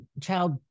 child